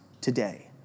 today